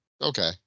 Okay